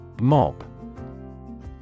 Mob